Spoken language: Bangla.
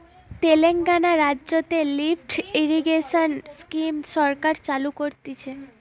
তেলেঙ্গানা রাজ্যতে লিফ্ট ইরিগেশন স্কিম সরকার চালু করতিছে